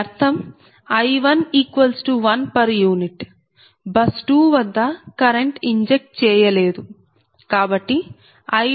u bus 2 వద్ద current inject చేయలేదు కాబట్టి I20